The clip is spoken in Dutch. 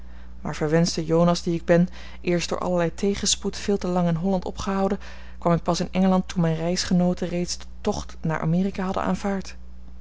maar verwenschte jonas die ik ben eerst door allerlei tegenspoed veel te lang in holland opgehouden kwam ik pas in engeland toen mijne reisgenooten reeds den tocht naar amerika hadden aanvaard